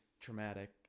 traumatic